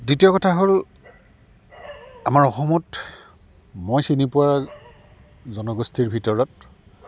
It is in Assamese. দ্বিতীয় কথা হ'ল আমাৰ অসমত মই চিনি পোৱা জনগোষ্ঠীৰ ভিতৰত